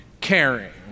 caring